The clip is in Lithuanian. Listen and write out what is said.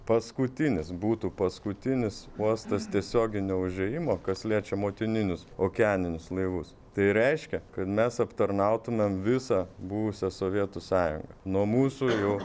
paskutinis būtų paskutinis uostas tiesioginio užėjimo kas liečia motininius okeaninius laivus tai reiškia kad mes aptarnautumėm visą buvusią sovietų sąjungą nuo mūsų jau